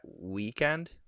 weekend